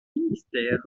ministère